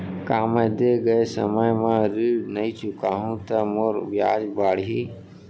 का मैं दे गए समय म ऋण नई चुकाहूँ त मोर ब्याज बाड़ही?